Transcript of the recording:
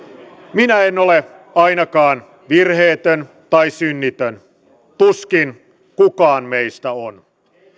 minä en ole ainakaan virheetön tai synnitön tuskin kukaan meistä on